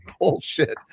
bullshit